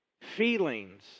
feelings